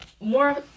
more